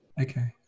Okay